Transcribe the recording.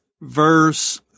verse